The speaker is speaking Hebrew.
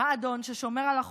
האדון ששומר על החוק,